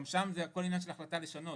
גם שם זה הכול עניין של החלטה לשנות,